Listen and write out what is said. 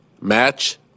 Match